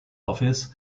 office